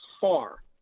far